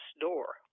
door